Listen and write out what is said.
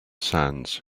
sands